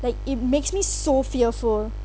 like it makes me so fearful